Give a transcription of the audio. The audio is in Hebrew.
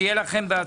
שיהיה לכם בהצלחה.